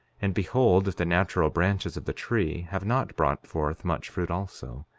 and behold if the natural branches of the tree have not brought forth much fruit also,